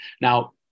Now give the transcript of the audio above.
Now